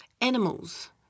animals